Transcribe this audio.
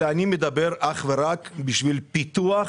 אלא מדבר אך ורק על פיתוח